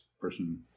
person